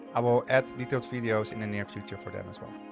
i will add details videos in the near future for them as well.